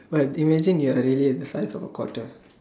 but imagine you're really in a size of the quarter